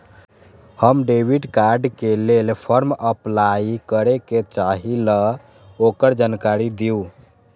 हम debit card के लेल फॉर्म अपलाई करे के चाहीं ल ओकर जानकारी दीउ?